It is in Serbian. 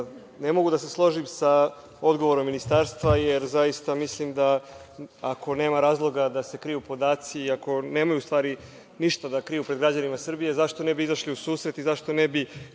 Ne mogu da se složim sa odgovorom ministarstva, jer zaista mislim da ako nema razloga da se kriju podaci i ako nemaju, u stvari ništa da kriju pred građanima Srbije, zašto ne bi izašli u susret i zašto ne bi,